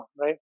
right